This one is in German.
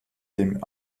dem